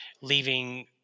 leaving